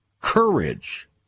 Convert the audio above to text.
courage